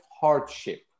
hardship